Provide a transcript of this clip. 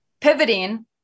Pivoting